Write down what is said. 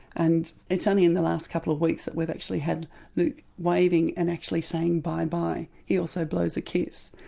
and it's only in the last couple of weeks that we've actually had luke waving and actually saying bye bye. he also blows a kiss.